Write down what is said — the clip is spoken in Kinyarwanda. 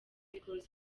close